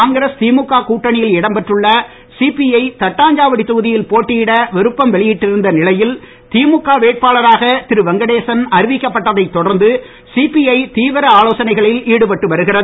காங்கிரஸ் திமுக கூட்டணியில் இடம் பெற்றுள்ள சிபிஐ தட்டாஞ்சாவடித் தொகுதியில் போட்டியிட விருப்பம் வெளியிட்டிருந்த நிலையில் திமுக வேட்பாளராக திரு வெங்கடேசன் அறிவிக்கப்பட்டதைத் தொடர்ந்து சிபிஐ தீவிர ஆலோசனைகளில் ஈடுபட்டு வருகிறது